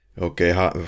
okay